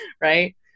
right